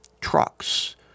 trucks